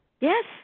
Yes